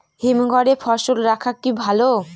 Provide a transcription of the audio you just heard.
হিমঘরে ফসল রাখা কি ভালো?